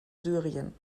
syrien